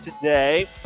today